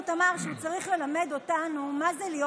אמר שהוא צריך ללמד אותנו מה זה להיות,